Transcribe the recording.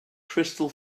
crystal